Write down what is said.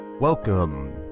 Welcome